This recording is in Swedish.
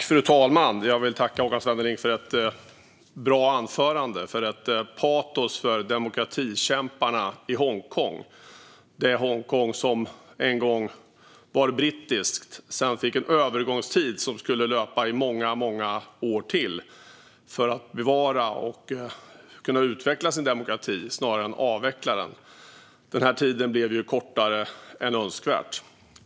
Fru talman! Jag vill tacka Håkan Svenneling för ett bra anförande och för ett patos för demokratikämparna i Hongkong, det Hongkong som en gång var brittiskt. Det skulle vara en övergångstid som skulle löpa i många, många år för att de skulle kunna bevara och utveckla sin demokrati snarare än avveckla den. Den tiden blev kortare än önskvärt.